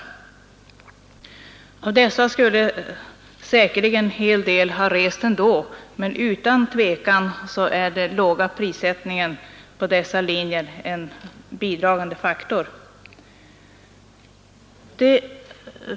En hel del av dessa skulle säkerligen ha rest även om inte bussarna funnits, men de låga priserna på dessa linjer är utan tvivel en bidragande faktor till det stora antalet resenärer.